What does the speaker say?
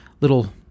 little